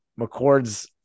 McCord's